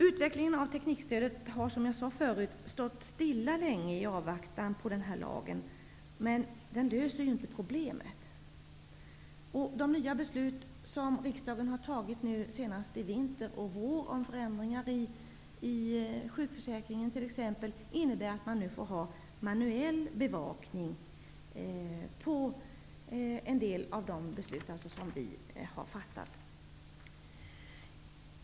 Utvecklingen av teknikstödet har, som jag sade förut, stått stilla länge i avvakten på lagen. Men lagen löser inte problemet. De nya beslut som riksdagen har fattat nu senast i vinter och i vår om förändringar i sjukförsäkringen innebär att man nu får ha manuell bevakning i vissa fall.